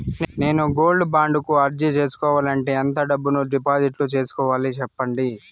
నేను gold bond కు అర్జీ సేసుకోవాలంటే ఎంత డబ్బును డిపాజిట్లు సేసుకోవాలి సెప్పండి